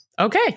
okay